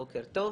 בוקר טוב.